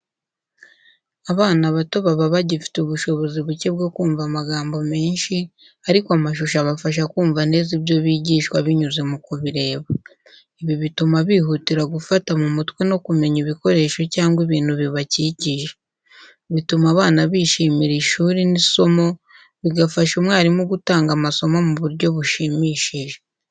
Abana bato baba bagifite ubushobozi buke bwo kumva amagambo menshi, ariko amashusho abafasha kumva neza ibyo bigishwa binyuze mu kubireba. Ibi bituma bihutira gufata mu mutwe no kumenya ibikoresho cyangwa ibintu bibakikije. Bituma abana bishimira ishuri n’isomo, bigafasha umwarimu gutanga amasomo mu buryo bushimishije.